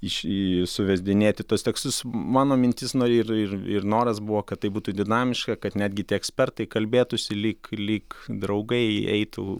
iš suvezdinėti tuos tekstus mano mintis nori ir ir noras buvo kad tai būtų dinamiška kad netgi tie ekspertai kalbėtųsi lyg lyg draugai eitų